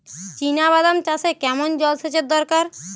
চিনাবাদাম চাষে কেমন জলসেচের দরকার?